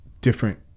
different